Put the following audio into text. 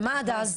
ומה עד אז?